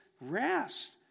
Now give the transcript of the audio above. rest